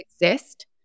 exist